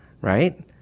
right